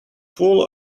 full